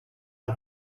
aid